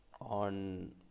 on